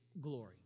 glory